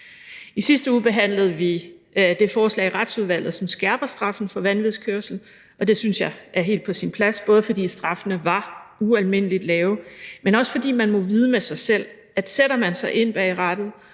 I sidste uge behandlede vi i Retsudvalget et forslag, som skærper straffen for vanvidskørsel, og det synes jeg er helt på sin plads, både fordi straffene var ualmindelig lave, men også, fordi man må vide med sig selv, at sætter man sig ind bag rattet